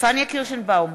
פניה קירשנבאום,